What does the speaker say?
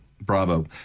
Bravo